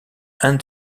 and